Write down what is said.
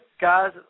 guys